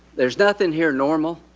there's nothing here normal.